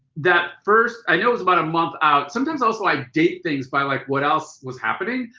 that first i know it was about a month out. sometimes also i date things by like what else was happening.